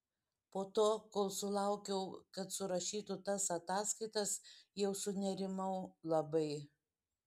po to kol sulaukiau kad surašytų tas ataskaitas jau sunerimau labai